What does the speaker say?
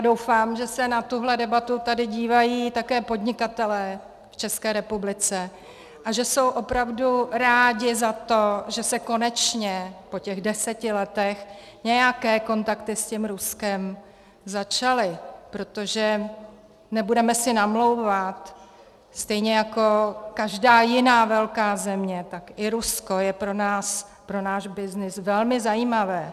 Doufám, že se na tuhle debatu tady dívají také podnikatelé v České republice a že jsou opravdu rádi za to, že se konečně po těch deseti letech nějaké kontakty s tím Ruskem začaly, protože nebudeme si namlouvat, stejně jako každá jiná velká země, tak i Rusko je pro náš byznys velmi zajímavé.